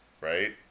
right